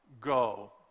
go